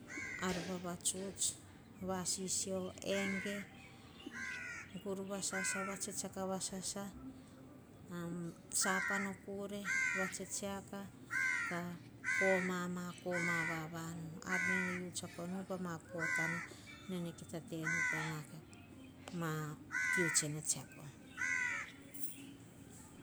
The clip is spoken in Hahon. Ar vavatuts, vasisio, ege, gur vasasa, va tsetseaka vasasa, sapona o kure, vatsetseaka, ka kama a ma kama vava nu ar nene u tsiako nu pama potana nene kita tene ta ma kiu tsene tsiako.